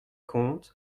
conte